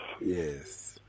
Yes